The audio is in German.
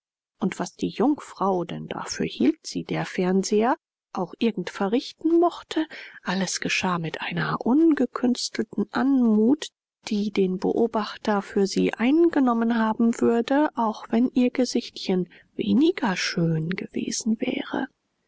und was die jungfrau denn dafür hielt sie der fernseher auch irgend verrichten mochte alles geschah mit einer ungekünstelten anmut die den beobachter für sie eingenommen haben würde auch wenn ihr gesichtchen weniger schön gewesen wäre